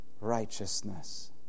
righteousness